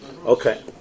Okay